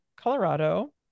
Colorado